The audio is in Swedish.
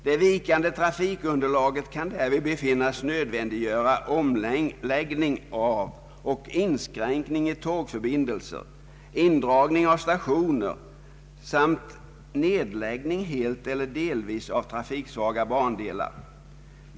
Det vikande trafikunderlaget kunde därvid befinnas nödvändiggöra omläggning av och inskränkning i tågförbindelser, indragning av stationer samt nedläggning helt eller delvis av trafiksvaga bandelar.